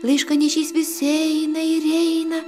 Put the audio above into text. laiškanešys visi eina ir eina